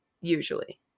usually